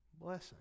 blessing